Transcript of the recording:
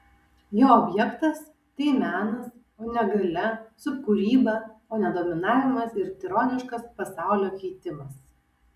jo objektas tai menas o ne galia subkūryba o ne dominavimas ir tironiškas pasaulio keitimas